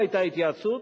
לא היתה התייעצות.